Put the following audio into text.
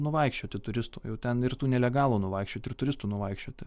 nuvaikščioti turistų jau ten ir tų nelegalų nuvaikščioti ir turistų nuvaikščioti